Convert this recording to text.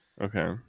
Okay